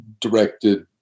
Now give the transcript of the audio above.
directed